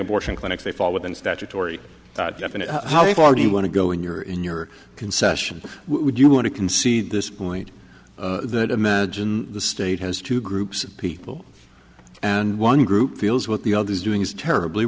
abortion clinics they fall within statutory definition how far do you want to go in your in your concession would you want to concede this point that imagine the state has two groups of people and one group deals with the other is doing is terribly